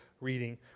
reading